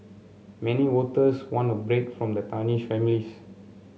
many voters want a break from the tarnished families